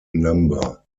number